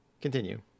Continue